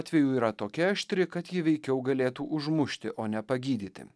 atveju yra tokia aštri kad ji veikiau galėtų užmušti o ne pagydyti